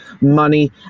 money